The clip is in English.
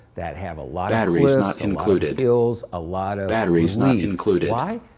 that have a lot of cliffs, a lot of hills, a lot of relief, why?